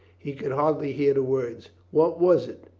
he could hardly hear the words. what was it?